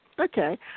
Okay